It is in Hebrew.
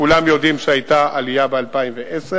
וכולם יודעים שהיתה עלייה ב-2010.